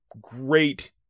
great